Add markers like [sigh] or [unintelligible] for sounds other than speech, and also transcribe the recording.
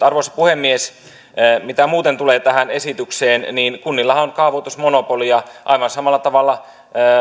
[unintelligible] arvoisa puhemies mitä muuten tulee tähän esitykseen niin kunnillahan on kaavoitusmonopoli ja aivan samalla tavalla